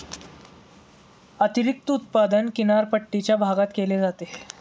अतिरिक्त उत्पादन किनारपट्टीच्या भागात केले जाते